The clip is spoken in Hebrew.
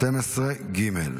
12 ג'.